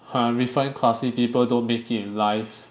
ha refined classic people don't make it in life